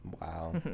Wow